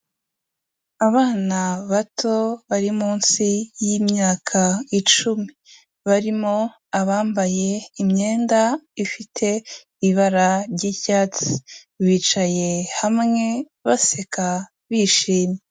Abana bato bari munsi y'imyaka icumi barimo abambaye imyenda ufite ibara ry'icyaytsi; biciye hamwe baseka bishimwe.